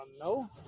No